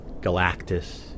Galactus